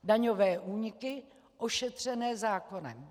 Daňové úniky ošetřené zákonem.